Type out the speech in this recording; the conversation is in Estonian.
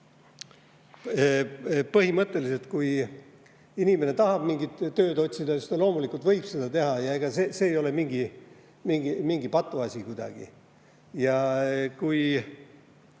Põhimõtteliselt, kui inimene tahab tööd otsida, siis ta loomulikult võib seda teha, ega see ei ole mingi patuasi. Mis